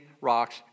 rocks